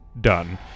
done